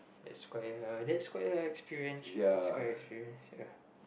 that's quite a that's quite a experience that's quite a experience ya